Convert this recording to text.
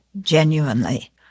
genuinely